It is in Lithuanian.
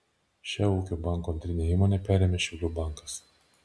šią ūkio banko antrinę įmonę perėmė šiaulių bankas